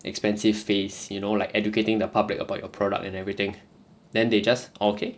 expensive phase you know like educating the public about your product and everything then they just okay